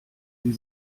die